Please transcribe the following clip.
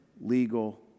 legal